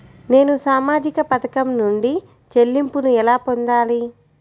నేను సామాజిక పథకం నుండి చెల్లింపును ఎలా పొందాలి?